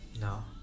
No